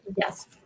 Yes